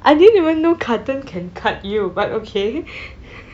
I didn't even know carton can cut you but okay